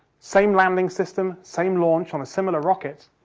same landing system, same launch, on a similar rocket.